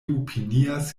opinias